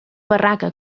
barraca